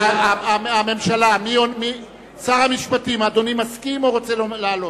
הממשלה, שר המשפטים, אדוני מסכים או רוצה לעלות?